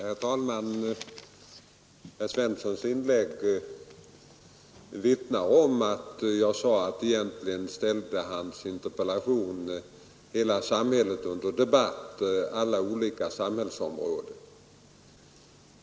Herr talman! Herr Svenssons i Malmö inlägg vittnar om riktigheten av mitt uttalande, att egentligen ställer herr Svenssons interpellation hela samhället, alla olika samhällsområden, under debatt.